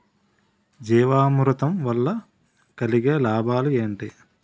జీవామృతం వల్ల కలిగే లాభాలు ఏంటి?